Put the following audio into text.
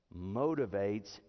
motivates